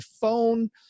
phone